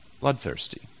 bloodthirsty